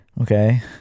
okay